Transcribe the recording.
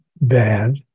bad